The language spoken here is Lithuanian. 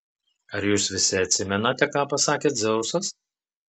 ar jūs visi atsimenate ką pasakė dzeusas